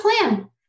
plan